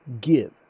give